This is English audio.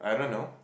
I don't know